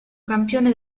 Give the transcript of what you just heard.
campione